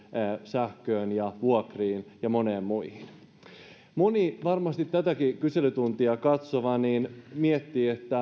sähköön ja vuokriin ja moniin muihin kun moni varmasti tätäkin kyselytuntia katsova miettii